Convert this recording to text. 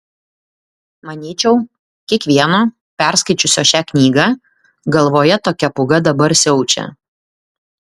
manyčiau kiekvieno perskaičiusio šią knygą galvoje tokia pūga dabar siaučia